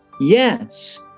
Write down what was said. yes